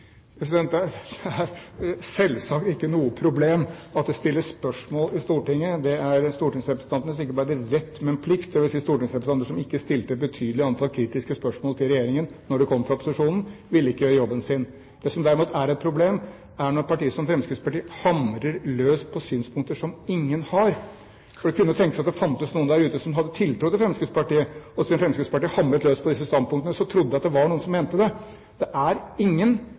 Det er selvsagt ikke noe problem at det stilles spørsmål i Stortinget. Det er stortingsrepresentantenes ikke bare rett, men plikt, dvs. at stortingsrepresentanter som ikke stiller et betydelig antall kritiske spørsmål til regjeringen når de kommer fra opposisjonen, ville ikke gjøre jobben sin. Det som derimot er et problem, er når partier som Fremskrittspartiet hamrer løs på synspunkter som ingen har. For det kunne tenkes at det fantes noen der ute som hadde tiltro til Fremskrittspartiet, og siden Fremskrittspartiet hamret løs på disse standpunktene, trodde at det var noen som mente det. Det er ingen